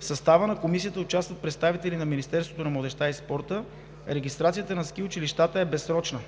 В състава на Комисията участват представители на Министерството на младежта и спорта. Регистрацията на ски училищата е безсрочна.